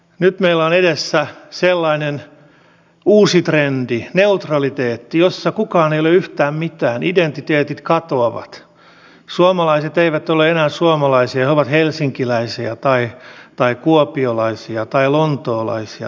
nyt meillä on edessä sellainen uusi trendi neutraliteetti jossa kukaan ei ole yhtään mitään identiteetit katoavat suomalaiset eivät ole enää suomalaisia he ovat helsinkiläisiä tai kuopiolaisia tai lontoolaisia tai jotain